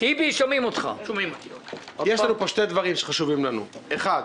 יש לנו פה שני דברים שחשובים לנו: אחד,